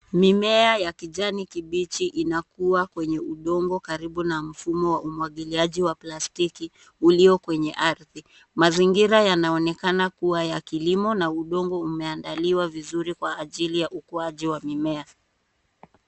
Mimea ya kijani kibichi inakua kwenye udongo karibu na mfumo wa umwagiliaji wa plastiki ulio kwenye ardhi. Mazingira yanaonekana kuwa ya kilimo na udongo umeandaliwa vizuri kwa ajili ya ukuaji wa mimea.